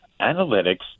analytics